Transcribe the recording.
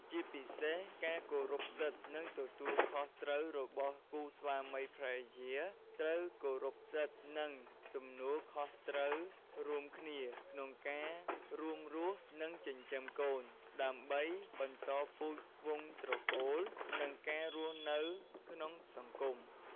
ជាពិសេសការគោរពសិទ្ធិ និងទំនួលខុសត្រូវរបស់គូស្វាមីភរិយាត្រូវគោរពសិទ្ធិ និងទំនួលខុសត្រូវរួមគ្នា ក្នុងការរួមរស់ និងចិញ្ចឹមកូន ដើម្បីបន្តពូជ វង្សត្រកូល និងការរស់នៅក្នុងសង្គម។